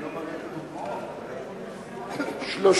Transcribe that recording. לדיון מוקדם בוועדת הכספים נתקבלה.